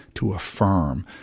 to affirm,